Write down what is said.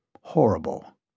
horrible